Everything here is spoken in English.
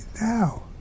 now